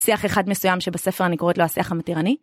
שיח אחד מסוים שבספר אני קוראת לו השיח המתירני.